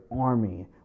army